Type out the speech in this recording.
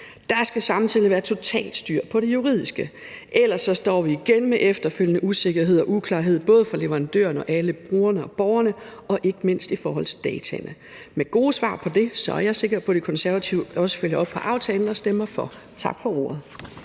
Der skal samtidig være totalt styr på det juridiske, ellers står vi igen med efterfølgende usikkerhed og uklarhed for både leverandørerne og alle brugerne og borgerne og ikke mindst i forhold til dataene. Med gode svar på det er jeg sikker på, Konservative også følger op på aftalen og stemmer for. Tak for ordet.